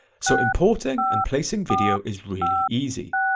so importing and placing video is really easy,